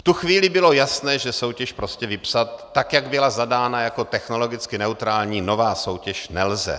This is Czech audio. V tu chvíli bylo jasné, že soutěž prostě vypsat, tak jak byla zadána jako technologicky neutrální, nová soutěž, nelze.